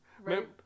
Right